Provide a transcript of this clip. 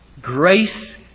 grace